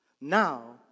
Now